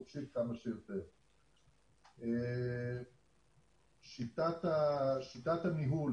מאוד מקווה שמשרד הבריאות ישלים לנו את הנתונים האלה,